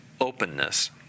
openness